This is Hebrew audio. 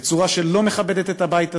בצורה שלא מכבדת את הבית הזה,